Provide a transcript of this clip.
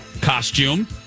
Costume